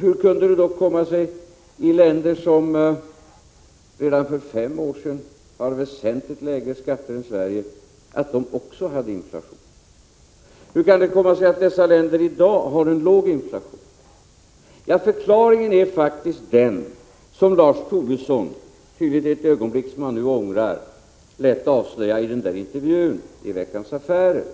Hur kan det då komma sig att länder som redan för fem år sedan hade väsentligt lägre skatter än Sverige också hade inflation? Hur kan det komma sig att dessa länder i dag har en låg inflation? Förklaringen är den som Lars Tobisson — tydligen i ett ögonblick som han nu ångrar — lät avslöja i intervjun i Veckans Affärer.